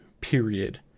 period